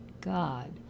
God